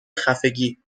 خفگی